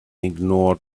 ignored